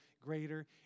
greater